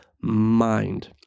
mind